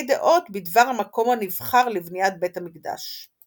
דעות בדבר "המקום הנבחר" לבניית בית המקדש.